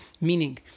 meaning